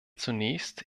zunächst